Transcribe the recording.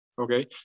Okay